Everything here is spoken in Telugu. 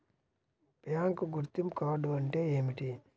బ్యాంకు గుర్తింపు కార్డు అంటే ఏమిటి?